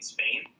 Spain